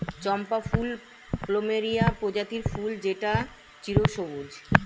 চম্পা ফুল প্লুমেরিয়া প্রজাতির ফুল যেটা চিরসবুজ